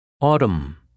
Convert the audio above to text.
Autumn